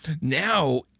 now